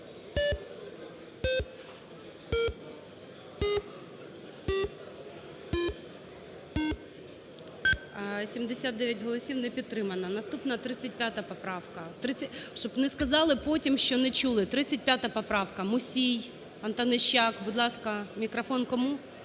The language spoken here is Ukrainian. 79 голосів. Не підтримана. Наступна 35 поправка, щоб не сказали потім, що не чули. 35 поправка. Мусій, Антонищак, будь ласка. Мікрофон кому?